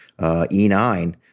E9 –